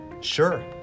Sure